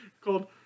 called